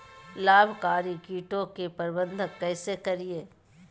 लाभकारी कीटों के प्रबंधन कैसे करीये?